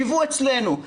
ייבאו אצלנו,